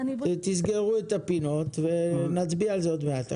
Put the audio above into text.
תסגרו את הפינות ונצביע על זה עוד מעט.